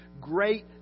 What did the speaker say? great